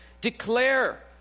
Declare